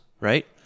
Right